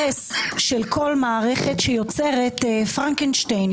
הרס של כל מערכת שיוצרת פרנקשטיין.